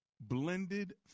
blended